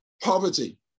poverty